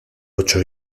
ocho